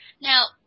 Now